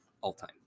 all-time